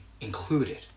included